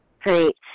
Great